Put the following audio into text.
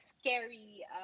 scary